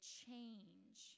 change